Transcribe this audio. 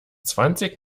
zwanzig